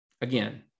again